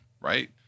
right